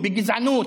בגזענות,